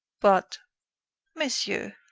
but monsieur,